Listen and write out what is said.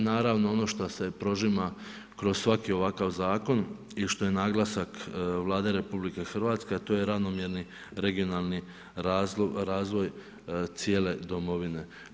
I naravno ono što se prožima kroz svaki ovakav zakon i što je naglasak Vlade RH a to je ravnomjerni regionalni razvoj cijele Domovine.